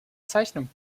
zeichnung